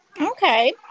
Okay